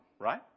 right